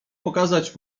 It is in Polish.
pokazać